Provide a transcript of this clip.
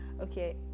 okay